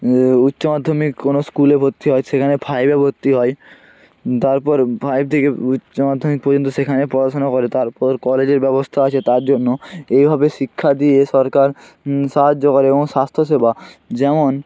এ উচ্চমাধ্যমিক কোনো স্কুলে ভর্তি হয় সেখানে ফাইভে ভর্তি হয় তারপর ফাইভ থেকে উচ্চ মাধ্যমিক পর্যন্ত সেখানে পড়াশোনা করে তারপর কলেজের ব্যবস্থা আছে তার জন্য এইভাবে শিক্ষা দিয়ে সরকার সাহায্য করে এবং স্বাস্থ্য সেবা যেমন